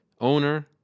owner